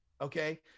okay